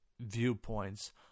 viewpoints